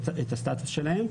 הסטטוס שלהן.